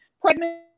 pregnant